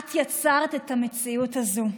את יצרת את המציאות הזאת.